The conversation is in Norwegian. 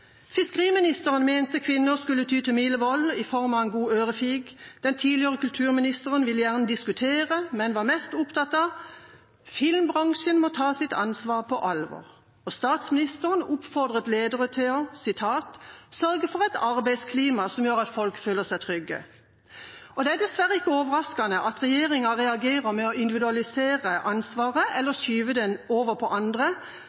Fiskeriministeren mente kvinner skulle ty til mild vold i form av en god ørefik. Den tidligere kulturministeren ville gjerne diskutere, men var mest opptatt av at filmbransjen måtte ta sitt ansvar på alvor. Statsministeren oppfordret ledere til å sørge for et arbeidsklima som gjorde at folk følte seg trygge. Det er dessverre ikke overraskende at regjeringa reagerer med å individualisere ansvaret eller skyve det over på andre